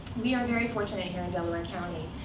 we are very fortunate here in delaware county,